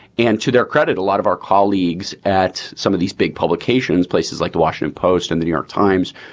and to their credit, a lot of our colleagues at some of these big publications, places like the washington post and the new york times,